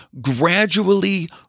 gradually